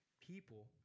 people